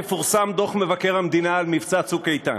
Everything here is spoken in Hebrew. יפורסם דוח מבקר המדינה על מבצע "צוק איתן".